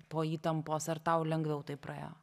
po įtampos ar tau lengviau tai praėjo